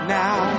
now